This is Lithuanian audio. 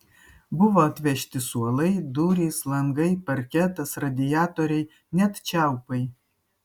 buvo atvežti suolai durys langai parketas radiatoriai net čiaupai